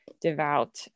devout